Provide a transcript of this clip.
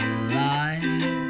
alive